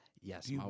Yes